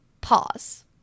pause